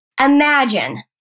Imagine